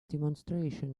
demonstration